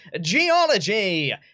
Geology